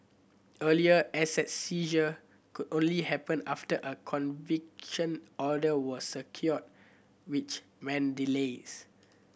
earlier asset seizure could only happen after a conviction order was secured which meant delays